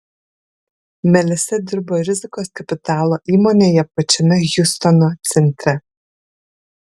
melisa dirbo rizikos kapitalo įmonėje pačiame hjustono centre